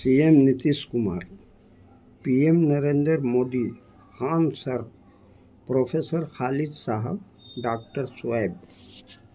C M Nitish Kumar P M Narendra Modi Khan سر professor خالد صاحب doctor Shoaib